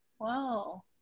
Wow